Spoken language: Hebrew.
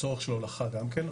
הוא צורך של הולכה גם כן,